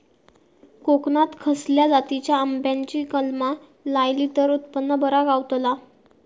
कोकणात खसल्या जातीच्या आंब्याची कलमा लायली तर उत्पन बरा गावताला?